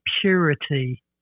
purity